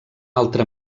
altra